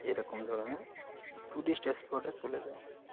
এরকম ধরনের টুরিস্ট স্পটে চলে যায়